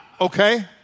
Okay